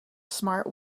smart